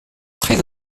très